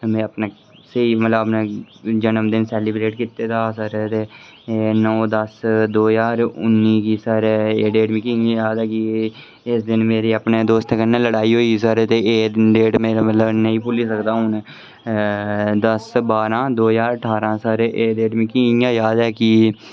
मैं अपने स्हेई मतलब अपने जनमदिन सेलीब्रेट कीता दा हा सर एह् नौ दस दो ज्हार उन्नी गी सर एह् डेट मिगी इयां याद ऐ कि इस दिन मेरे अपने दोस्तें कन्नै लड़ाई होई सर ते एह् डेट मेरा मतलब नेईं भुल्ली सकदा हून दस बारां दो ज्हार ठारां सर एह् डेट मिकी इयां याद ऐ कि